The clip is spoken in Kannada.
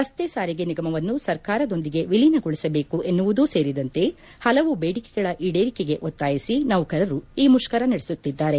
ರಸ್ತೆ ಸಾರಿಗೆ ನಿಗಮವನ್ನು ಸರ್ಕಾರದೊಂದಿಗೆ ವಿಲೀನಗೊಳಿಸಬೇಕು ಎನ್ನುವುದೂ ಸೇರಿದಂತೆ ಪಲವು ಬೇಡಿಕೆಗಳ ಈಡೇರಿಕೆಗೆ ಒತ್ತಾಯಿಸಿ ನೌಕರು ಈ ಮುಷ್ಕರ ನಡೆಸುತ್ತಿದ್ದಾರೆ